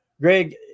Greg